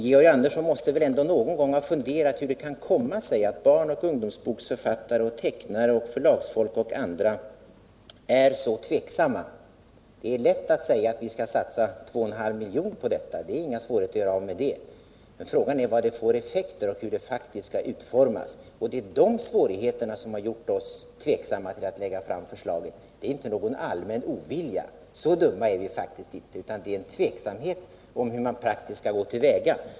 Georg Andersson måste väl ändå någon gång ha funderat över hur det kan komma sig att barnoch ungdomsboksförfattare, tecknare, förlagsfolk och andra är så tveksamma. Det är lätt att säga att vi skall satsa 2,5 miljoner på detta — det är ingen svårighet att göra av med det — men frågan är vilka effekter massmarknadsutgivningen får och hur den praktiskt skall utformas. Det är de svårigheterna som har gjort oss tveksamma till att lägga fram förslaget. Det handlar inte om någon allmän ovilja — så dumma är vi faktiskt inte — utan det råder tveksamhet om hur man praktiskt skall gå till väga.